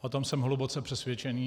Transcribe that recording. O tom jsem hluboce přesvědčený.